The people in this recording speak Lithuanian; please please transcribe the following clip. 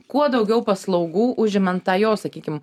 kuo daugiau paslaugų užimant tą jo sakykim